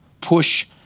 push